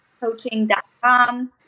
Coaching.com